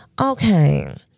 Okay